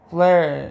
Flare